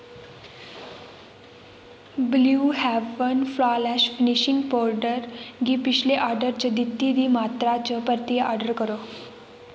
blue Heaven flawless finishing powder गी पिछले order च दित्ती दी मात्तरा च परतियै आर्डर करो